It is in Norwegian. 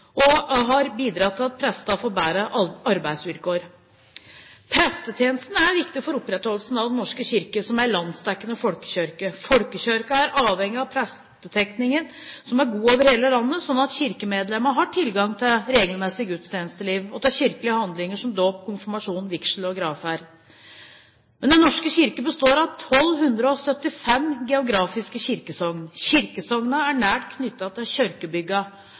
og som har gitt prestene bedre arbeidsvilkår. Prestetjenesten er viktig for opprettholdelsen av Den norske kirke som en landsdekkende folkekirke. Folkekirken er avhengig av at prestedekningen er god over hele landet, slik at kirkemedlemmene har tilgang til et regelmessig gudstjenesteliv og til kirkelige handlinger som dåp, konfirmasjon, vigsel og gravferd. Den norske kirke består av 1 275 geografiske kirkesogn. Kirkesognet er nært knyttet til